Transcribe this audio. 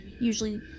Usually